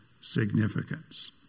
significance